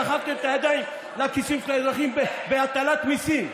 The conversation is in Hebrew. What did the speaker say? דחפתם את הידיים לכיסים של האזרחים בהטלת מיסים,